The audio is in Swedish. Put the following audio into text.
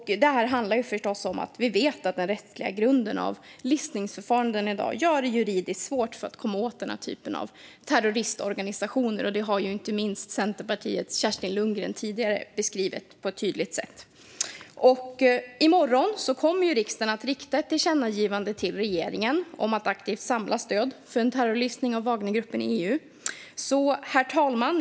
Detta handlar förstås om att vi vet att den rättsliga grunden när det gäller listningsförfaranden i dag gör det juridiskt svårt att komma åt den här typen av terroristorganisationer. Detta har ju inte minst Centerpartiets Kerstin Lundgren beskrivit på ett tydligt sätt. I morgon kommer riksdagen att rikta ett tillkännagivande till regeringen om att aktivt samla stöd för en terrorlistning av Wagnergruppen i EU.